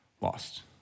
Lost